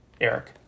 Eric